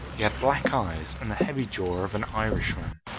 he had black eyes, and the heavy jaw of an irishman.